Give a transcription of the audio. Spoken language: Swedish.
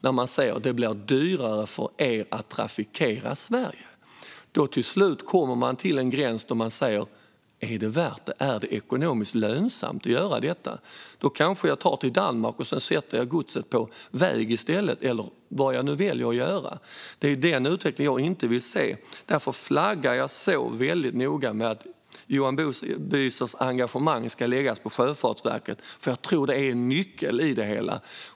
Vad de säger är: Det blir dyrare för er att trafikera Sverige. Till slut kommer det en gräns där man säger: Är det värt det? Är det ekonomiskt lönsamt att göra detta? Kanske ska jag ta godset till Danmark och sedan sätta det på väg i stället, eller vad jag nu väljer att göra. Det är den utvecklingen jag inte vill se. Därför flaggar jag väldigt noga för att Johan Büsers engagemang ska läggas på Sjöfartsverket. Jag tror att det är en nyckel i det hela.